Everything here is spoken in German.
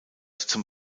zum